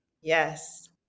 Yes